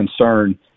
concern